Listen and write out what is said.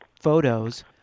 photos